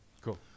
Cool